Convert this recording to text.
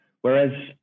whereas